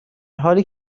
حالی